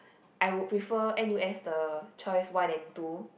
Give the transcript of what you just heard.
I would prefer n_u_s the choice one and two